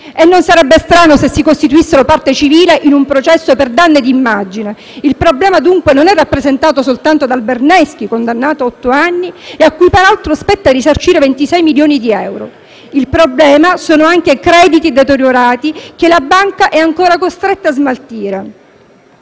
e non sarebbe strano se si costituissero parte civile in un processo per danni di immagine. Il problema dunque non è rappresentato soltanto dal Berneschi, condannato a otto anni e a cui peraltro spetta risarcire 26 milioni di euro. Il problema sono anche i crediti deteriorati che la banca è ancora costretta a smaltire.